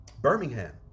Birmingham